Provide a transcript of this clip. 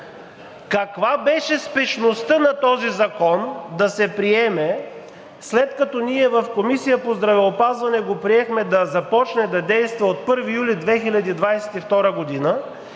каква беше спешността на този закон да се приеме, след като ние в Комисията по здравеопазване го приехме да започне да действа от 1 юли 2022 г.,